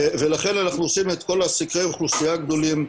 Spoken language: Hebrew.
ולכן אנחנו עושים את כל סקרי האוכלוסייה הגדולים,